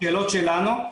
בשאלות שלנו,